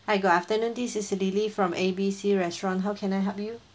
hi good afternoon this is lily from A B C restaurant how can I help you